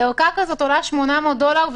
ערכה כזאת עולה 800 דולר,